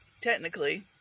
technically